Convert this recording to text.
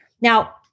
Now